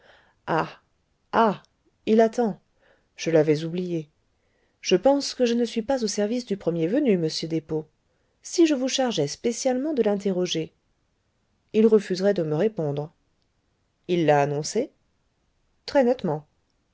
il attend je l'avais oublié je pense que je ne suis pas au service du premier venu monsieur despaux si je vous chargeais spécialement de l'interroger il refuserait de me répondre il l'a annoncé très nettement